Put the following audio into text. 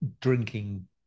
drinking